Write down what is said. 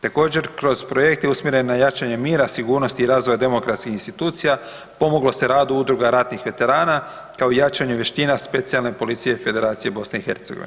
Također kroz projekt je usmjereno jačanje mira, sigurnosti i razvoja demokratskih institucija, pomoglo se radu udruga ratnih veterana kao jačanju vještina specijalne policije Federacije BiH.